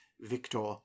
victor